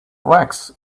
wax